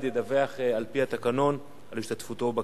ידווח על-פי התקנון על השתתפותו בכנס.